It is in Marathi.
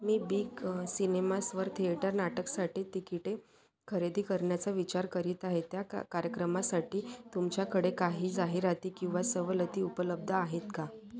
मी बिग सिनेमासवर थिएटर नाटकसाठी तिकिटे खरेदी करण्याचा विचार करीत आहे त्या का कार्यक्रमासाठी तुमच्याकडे काही जाहिराती किंवा सवलती उपलब्ध आहेत का